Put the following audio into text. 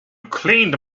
cleaned